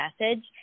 message